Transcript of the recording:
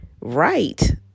right